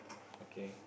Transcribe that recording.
okay